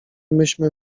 myśmy